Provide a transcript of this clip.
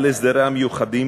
על הסדריה המיוחדים,